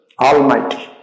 almighty